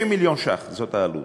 30 מיליון שקלים, זאת העלות.